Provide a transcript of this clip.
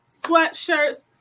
sweatshirts